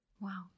Wow